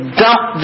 dump